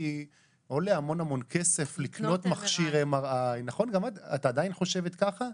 כי עולה המון כסף לקנות מכשיר MRI. את עדיין חושבת שזאת הסיבה?